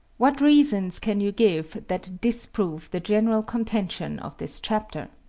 what reasons can you give that disprove the general contention of this chapter?